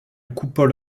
coupole